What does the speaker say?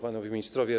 Panowie Ministrowie!